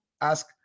ask